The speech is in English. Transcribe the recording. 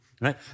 right